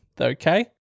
Okay